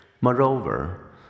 Moreover